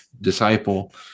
disciple